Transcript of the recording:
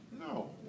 No